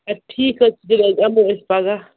اَدٕ ٹھیٖک حظ چھِ حظ یِمو أسۍ پَگاہ